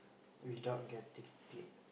without getting paid